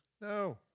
No